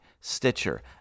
Stitcher